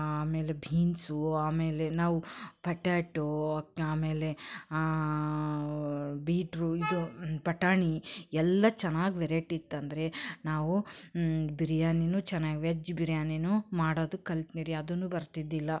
ಆಮೇಲೆ ಬೀನ್ಸು ಆಮೇಲೆ ನಾವು ಪೊಟ್ಯಾಟೋ ಆಮೇಲೆ ಬೀಟ್ರು ಇದು ಬಟಾಣಿ ಎಲ್ಲ ಚೆನ್ನಾಗಿ ವೆರೈಟಿ ಇತ್ತಂದರೆ ನಾವು ಬಿರಿಯಾನಿನೂ ಚೆನ್ನಾಗಿ ವೆಜ್ ಬಿರಿಯಾನಿನೂ ಮಾಡೋದು ಕಲ್ತ್ನಿ ರೀ ಅದೂ ಬರ್ತಿದ್ದಿಲ್ಲ